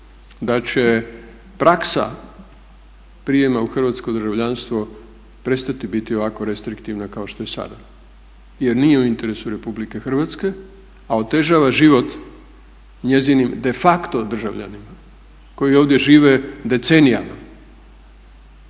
da će praksa prijema u hrvatsko državljanstvo prestati biti ovako restriktivna kao što je sada, jer nije u interesu Republike Hrvatske, a otežava život njezinim de facto državljanima koji ovdje žive decenijama.